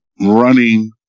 running